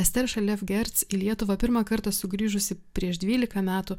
ester šalevgerc į lietuvą pirmą kartą sugrįžusi prieš dvylika metų